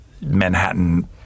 Manhattan